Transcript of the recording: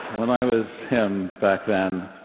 when i was him back then,